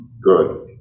Good